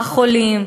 החולים,